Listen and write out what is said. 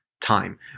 time